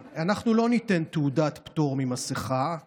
אנחנו לא ניתן תעודת פטור ממסכה.